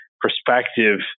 perspective